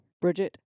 Bridget